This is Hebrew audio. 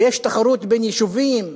ויש תחרות בין יישובים,